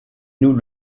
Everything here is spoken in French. nous